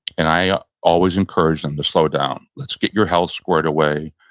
and i always encourage them to slow down. let's get your health squared away.